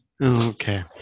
Okay